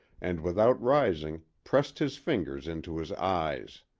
and without rising, pressed his fingers into his eyes.